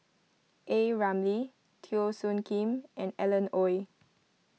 A Ramli Teo Soon Kim and Alan Oei